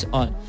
on